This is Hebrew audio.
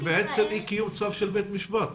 בעצם אי קיום של צו של בית משפט,